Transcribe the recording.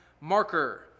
marker